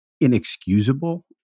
inexcusable